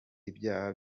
ibyaha